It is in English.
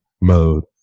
mode